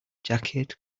jacket